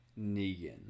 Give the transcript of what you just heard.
Negan